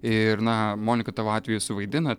ir na monika tavo atveju suvaidinat